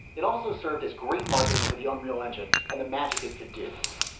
it also served as great marketing for the unreal engine and the magic it could do